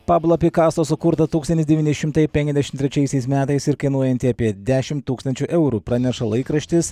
pablo pikaso sukurtą tūkstantis devyni šimtai penkiasdešimt trečiaisiais metais ir kainuojantį apie dešimt tūkstančių eurų praneša laikraštis